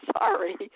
sorry